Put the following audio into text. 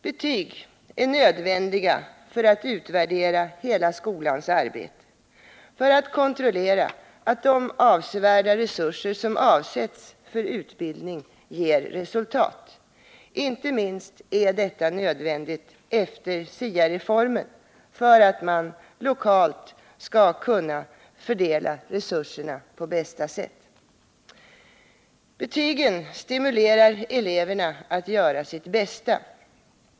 Betygen är nödvändiga för att utvärdera hela skolans arbete och för att kontrollera att de avsevärda resurser som avsätts för utbildning ger resultat. Inte minst är detta nödvändigt efter SIA-reformen för att man lokalt skall kunna fördela resurserna på bästa sätt. Betygen stimulerar eleverna att göra sitt bästa.